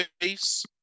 face